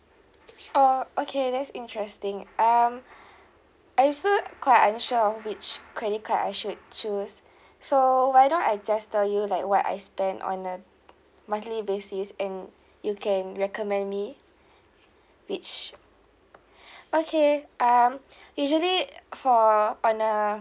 oh okay that's interesting um I still quite unsure of which credit card I should choose so why don't I just tell you like what I spend on a monthly basis and you can recommend me which okay um usually for on a